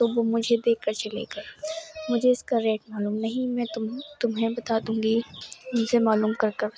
تو وہ مجھے دے کر چلے گئے مجھے اس کا ریٹ معلوم نہیں میں تو تمہیں بتا دوں گی ان سے معلوم کر کر